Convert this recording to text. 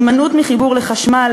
הימנעות מחיבור לחשמל,